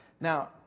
Now